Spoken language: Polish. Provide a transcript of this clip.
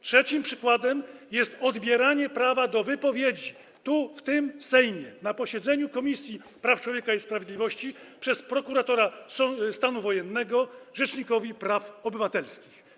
Trzecim przykładem jest odbieranie prawa do wypowiedzi tu, w tym Sejmie, na posiedzeniu Komisji Sprawiedliwości i Praw Człowieka przez prokuratora stanu wojennego rzecznikowi praw obywatelskich.